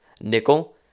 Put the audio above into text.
Nickel